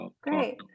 great